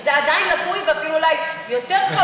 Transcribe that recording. שזה עדיין לקוי ואולי אפילו יותר חמור.